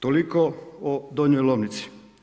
Toliko o Donjoj Lomnici.